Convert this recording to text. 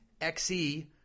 XE